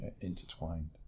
intertwined